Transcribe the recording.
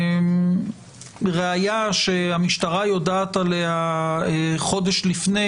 בראיה שהמשטרה יודעת עליה חודש לפני,